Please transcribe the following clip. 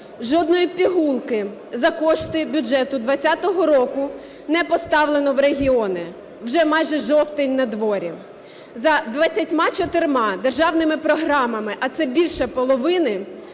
Жодної пігулки за кошти бюджету 20-го року не поставлено в регіони. Вже майже жовтень на дворі. За 24 державними програмами, а це більше половини,